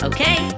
Okay